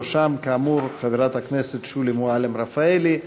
ובראשם כאמור חברת הכנסת שולי מועלם-רפאלי,